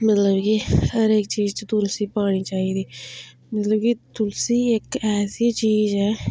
मतलब कि हर इक चीज च तुलसी पानी चाहिदी मतलब कि तुलसी इक ऐसी चीज ऐ